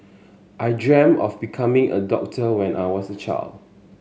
I dreamt of becoming a doctor when I was a child